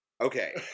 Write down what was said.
okay